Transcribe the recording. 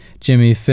Jimmy